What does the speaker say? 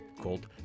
called